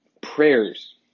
prayers